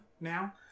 now